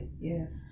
Yes